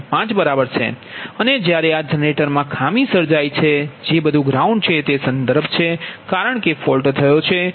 5 બરાબર છે અને જ્યારે આ જનરેટરમાં ખામી સર્જાઇ છે જે બધું ગ્રાઉન્ડ છે તે સંદર્ભ છે કારણ કે ફોલ્ટ થયો છે